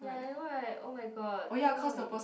ya I know right oh-my-god too long already